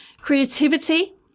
Creativity